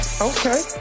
Okay